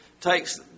takes